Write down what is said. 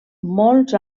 molts